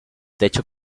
techo